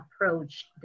approach